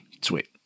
Sweet